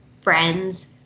friend's